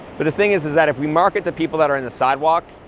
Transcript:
but the thing is is that if we market to people that are in the sidewalk,